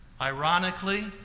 Ironically